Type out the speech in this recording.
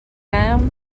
fermes